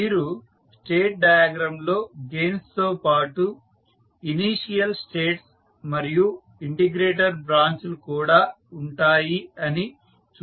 మీరు state diagram లో gains తో పాటు ఇనీషియల్ స్టేట్స్ మరియు ఇంటిగ్రేటర్ బ్రాంచ్ లు కూడా ఉంటాయి అని చూశారు